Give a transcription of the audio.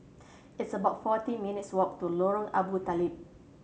it's about forty minutes' walk to Lorong Abu Talib